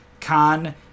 khan